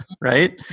Right